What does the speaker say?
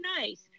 nice